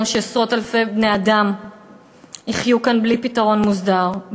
שעשרות-אלפי בני-אדם יחיו כאן בלי פתרון מוסדר,